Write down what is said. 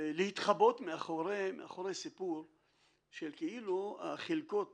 להתחבא מאחורי סיפור של כאילו החלקות